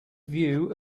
view